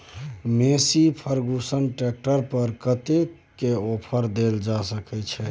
Massey Ferguson tractor पर कतेक के ऑफर देल जा सकै छै?